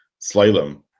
slalom